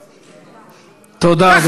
תודה, אדוני.